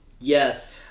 Yes